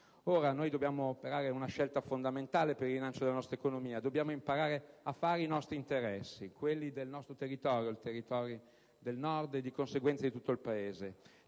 corridoi. Dobbiamo operare una scelta fondamentale per il rilancio della nostra economia: dobbiamo imparare a fare i nostri interessi, quelli del nostro territorio, il territorio del Nord, e di conseguenza dell'intero Paese,